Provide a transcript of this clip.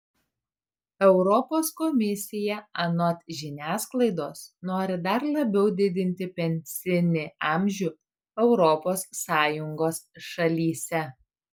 europos komisija anot žiniasklaidos nori dar labiau didinti pensinį amžių europos sąjungos šalyse